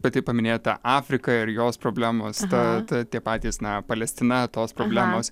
pati paminėjot tą afrika ir jos problemos ta ta tie patys na palestina tos problemos